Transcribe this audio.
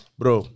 bro